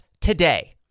today